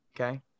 Okay